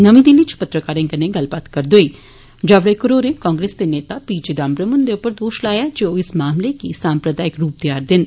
नमीं दिल्ली च पत्रकारें कन्नै गल्ल करदे होई मंत्री होरें कांग्रेस दे नेता पी विदाम्बरम हुन्दे उप्पर दोष लाया जे ओ इस मामले गी सामप्रदायिक रुप देआ रदे न